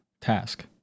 task